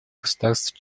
государств